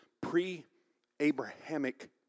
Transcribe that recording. pre-Abrahamic